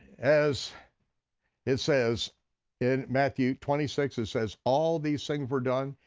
as it says in matthew twenty six, it says all these things were done,